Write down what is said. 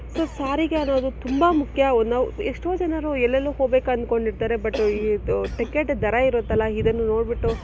so ಸಾರಿಗೆ ಅನ್ನೋದು ತುಂಬ ಮುಖ್ಯ ನಾವು ಎಷ್ಟೋ ಜನರು ಎಲ್ಲೆಲೋ ಹೋಗ್ಬೇಕು ಅಂದ್ಕೊಂಡಿರ್ತಾರೆ ಬಟ್ಟು ಇದು ಟಿಕೇಟ್ ದರ ಇರುತ್ತಲ್ಲ ಇದನ್ನು ನೋಡಿಬಿಟ್ಟು